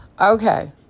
Okay